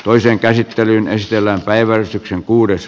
toisen käsittelyn nesteellä leveys yksi kuudes